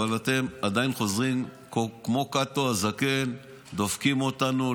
אבל אתם עדיין חוזרים כמו קאטו הזקן: דופקים אותנו,